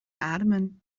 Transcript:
ademen